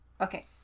Okay